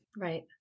Right